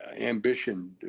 ambition